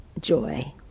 joy